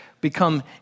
become